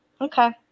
Okay